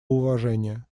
уважения